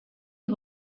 est